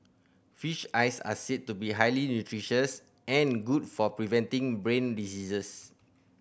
fish eyes are said to be highly nutritious and good for preventing brain diseases